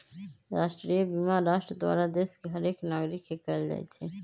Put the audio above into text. राष्ट्रीय बीमा राष्ट्र द्वारा देश के हरेक नागरिक के कएल जाइ छइ